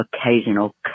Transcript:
occasional